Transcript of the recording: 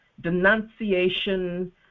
Denunciation